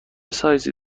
سایزی